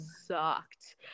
sucked